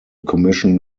commission